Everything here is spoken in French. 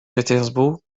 pétersbourg